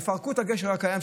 יפרקו את הגשר הקיים,